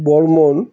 Barman